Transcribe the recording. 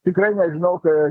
tikrai nežinau tai